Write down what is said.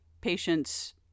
patients